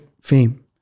fame